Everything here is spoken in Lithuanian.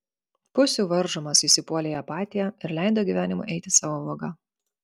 pusių varžomas jis įpuolė į apatiją ir leido gyvenimui eiti savo vaga